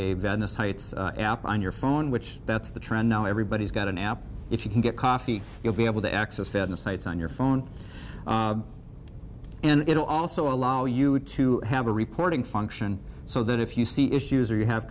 a venice heights app on your phone which that's the trend now everybody's got an app if you can get coffee you'll be able to access federal sites on your phone and it will also allow you to have a reporting function so that if you see issues or you have